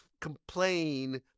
complain